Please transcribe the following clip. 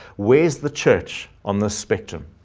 where's the church on the spectrum?